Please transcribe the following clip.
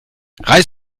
reiß